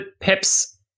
Pep's